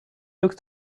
looks